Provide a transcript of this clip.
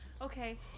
Okay